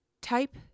Type